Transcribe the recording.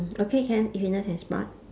okay can fitness and sport